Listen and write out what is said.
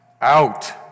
out